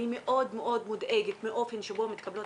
אני מאוד מאוד מודאגת מהאופן שבו מתקבלות